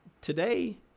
today